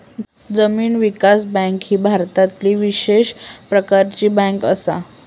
जमीन विकास बँक ही भारतातली विशेष प्रकारची बँक असा